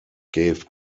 gave